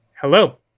hello